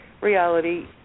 reality